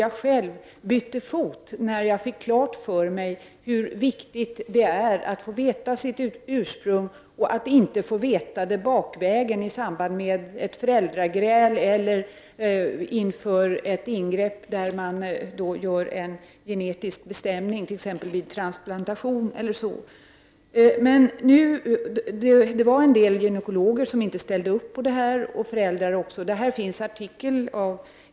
jag själv, bytte fot i frågan när vi fick klart för oss hur viktigt det är att få veta sitt ursprung och att så att säga inte få veta det bakvägen i samband med ett gräl mellan föräldrarna eller inför ett ingrepp där man gör en genetisk bestämning, t.ex. vid transplantation. En del gynekologer och även den del föräldrar ställde inte upp på detta.